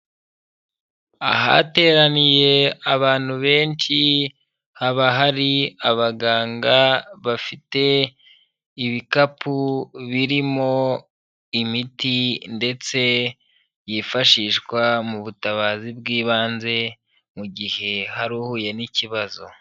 Ahateraniye abantu benshi haba hari abaganga bafite ibikapu birimo imiti ndetse yifashishwa mu butabazi bw'ibanze mu gihe hari uhuye n'ikibazo.